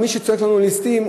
מי שצועק לנו: ליסטים,